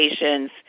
patients